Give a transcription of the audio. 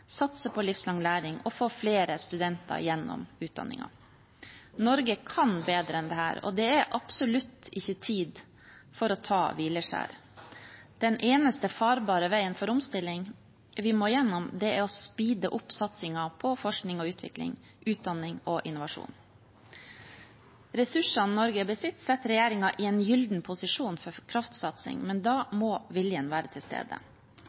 satse på livslang læring og få flere studenter gjennom utdanningen. Norge kan bedre enn dette, og det er absolutt ikke tid for å ta hvileskjær. Den eneste farbare veien for omstilling vi må gjennom, er å speede opp satsingen på forskning og utvikling, utdanning og innovasjon. Ressursene Norge besitter, setter regjeringen i en gyllen posisjon for kraftsatsing, men da må viljen være til stede.